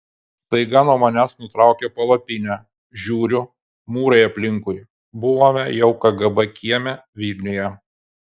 staiga nuo manęs nutraukė palapinę žiūriu mūrai aplinkui buvome jau kgb kieme vilniuje